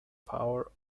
power